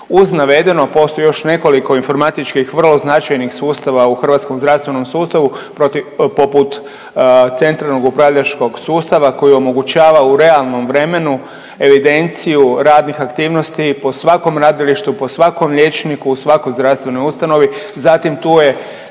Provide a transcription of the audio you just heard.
Uz navedeno postoji još nekoliko informatičkih vrlo značajnih sustava u hrvatskom zdravstvenom sustavu poput centralnog upravljačkog sustava koji omogućava u realnom vremenu evidenciju radnih aktivnosti po svakom radilištu, po svakom liječniku u svakoj zdravstvenoj ustanovi, zatim tu je